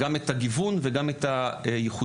גם את הגיוון וגם את הייחודיות.